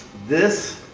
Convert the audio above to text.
this,